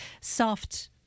soft